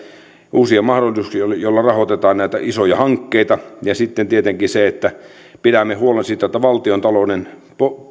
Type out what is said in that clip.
uusia mahdollisuuksia joilla rahoitetaan näitä isoja hankkeita ja sitten tietenkin että pidämme huolen siitä että valtiontalouden